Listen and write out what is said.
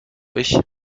ich